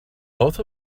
both